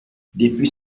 depuis